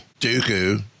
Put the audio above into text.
Dooku